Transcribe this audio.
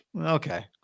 Okay